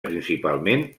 principalment